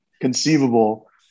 conceivable